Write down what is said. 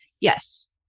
Yes